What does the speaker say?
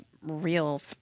real